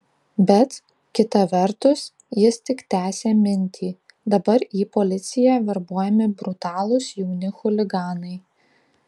bet kita vertus jis tik tęsė mintį dabar į policiją verbuojami brutalūs jauni chuliganai